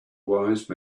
wise